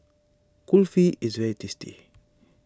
Kulfi is very tasty